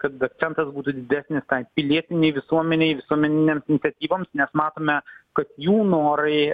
kad akcentas būtų didesnis tai pilietinei visuomenei visuomeninėms iniciatyvoms nes matome kad jų norai